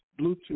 Bluetooth